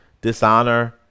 dishonor